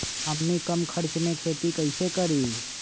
हमनी कम खर्च मे खेती कई से करी?